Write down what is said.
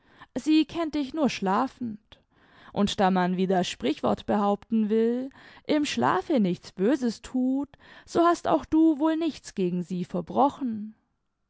sie kennt dich nur schlafend und da man wie das sprichwort behaupten will im schlafe nichts böses thut so hast auch du wohl nichts gegen sie verbrochen